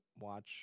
watch